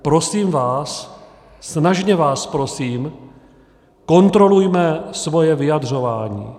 Prosím vás, snažně vás prosím, kontrolujme svoje vyjadřování.